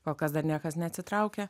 kol kas dar niekas neatsitraukia